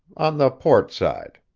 on the port side.